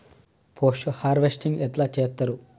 Post harvesting ఎట్ల చేత్తరు?